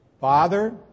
father